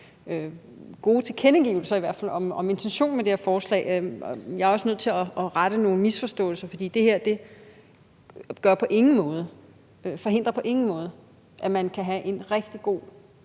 tilkendegivelser om i hvert fald intentionen med det her forslag. Jeg er også nødt til at rette nogle misforståelser, for det her forhindrer på ingen måde, at man kan have en rigtig god